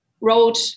wrote